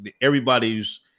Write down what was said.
everybody's